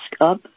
up